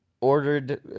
ordered